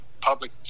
public